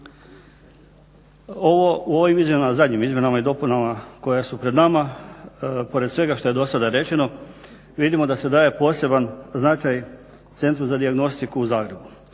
U ovim zadnjim izmjenama i dopunama koje su pred nama pored svega što je do sada rečeno vidimo da se daje poseban značaj Centru za dijagnostiku u Zagrebu.